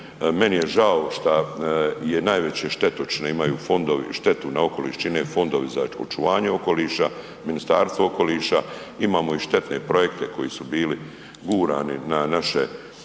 meni je žao šta je najveće štetočine imaju fondovi, štetu na okoliš čine Fondovi za očuvanje okoliša, Ministarstvo okoliša, imamo i štetne projekte koji su bili gurani na naše